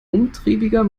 umtriebiger